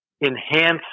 enhance